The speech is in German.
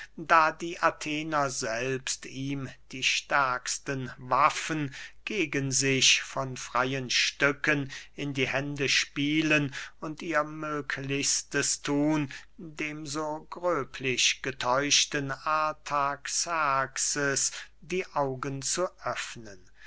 da die athener selbst ihm die stärksten waffen gegen sich von freyen stücken in die hände spielen und ihr möglichstes thun dem so gröblich getäuschten artaxerxes die augen zu öffnen